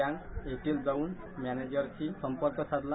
बाँक येथे जाऊन मॉनेजरशी संपर्क साधला